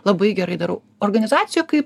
labai gerai darau organizacijoj kai